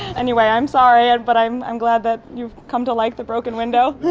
anyway, i'm sorry yeah but i'm i'm glad that you've come to like the broken window.